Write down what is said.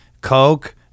Coke